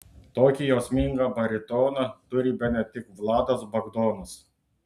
tokį jausmingą baritoną turi bene tik vladas bagdonas